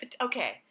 Okay